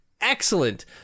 excellent